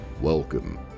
Welcome